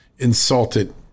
insulted